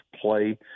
play